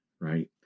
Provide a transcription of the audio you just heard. right